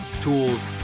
tools